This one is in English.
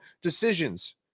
decisions